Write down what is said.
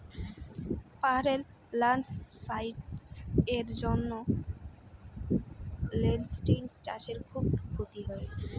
পাহাড়ে ল্যান্ডস্লাইডস্ এর জন্য লেনটিল্স চাষে খুব ক্ষতি হয়